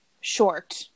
short